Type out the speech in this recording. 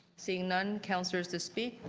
seeing none councillors to speak.